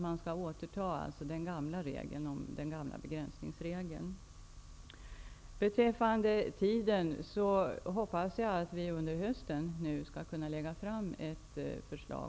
Man skall alltså återta den tidigare begränsningsregeln. Beträffande tidsfrågan vill jag säga att jag hoppas att vi under hösten skall kunna lägga fram ett förslag.